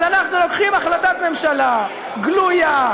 אז אנחנו לוקחים החלטת ממשלה גלויה,